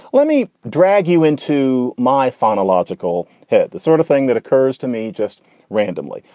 let me drag you into my phonological head, the sort of thing that occurs to me just randomly.